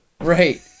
Right